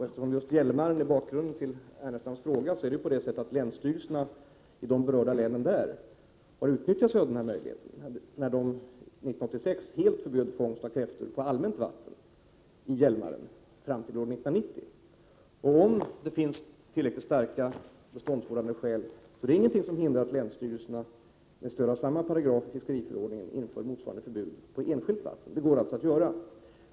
Eftersom bakgrunden till Lars Ernestams fråga är fisket i Hjälmaren, vill jag säga att länsstyrelserna i de berörda länen utnyttjade denna möjlighet när &, de 1986 helt förbjöd fångst av kräftor på allmänt vatten i Hjälmaren fram till år 1990. Om det finns tillräckligt starka beståndsvårdande skäl, är det ingenting som hindrar att länsstyrelserna, med stöd av samma paragraf i fiskeriförordningen, inför motsvarande förbud på enskilt vatten. Det går alltså att göra.